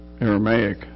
Aramaic